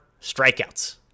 strikeouts